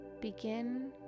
Begin